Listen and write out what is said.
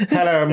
Hello